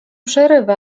przerywa